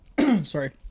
Sorry